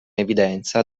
evidenza